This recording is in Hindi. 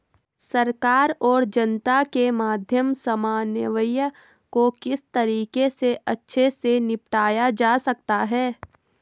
सरकार और जनता के मध्य समन्वय को किस तरीके से अच्छे से निपटाया जा सकता है?